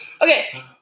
Okay